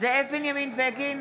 זאב בנימין בגין,